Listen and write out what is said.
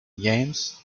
yams